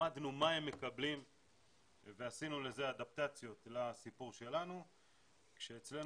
למדנו מה הם מקבלים ועשינו לזה אדפטציות לסיפור שלנו כשאצלנו,